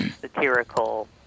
satirical